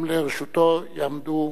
גם לרשותו יעמדו